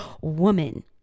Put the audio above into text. woman